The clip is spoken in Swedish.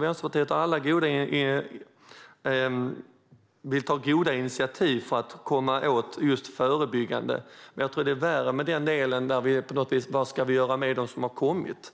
Vänsterpartiet vill ta goda initiativ för att komma åt just det förebyggande, men det är sämre när det gäller vad vi ska göra med dem som har kommit